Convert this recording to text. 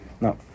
No